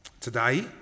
Today